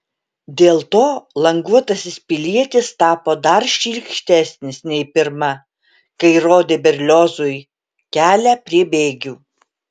dėl to languotasis pilietis tapo dar šlykštesnis nei pirma kai rodė berliozui kelią prie bėgių